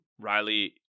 Riley